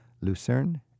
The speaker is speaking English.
Lucerne